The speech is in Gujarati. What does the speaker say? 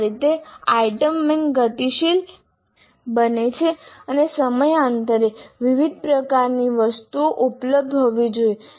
આ રીતે આઇટમ બેંક ગતિશીલ બને છે અને સમયાંતરે વિવિધ પ્રકારની વસ્તુઓ ઉપલબ્ધ હોવી જોઈએ